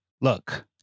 Look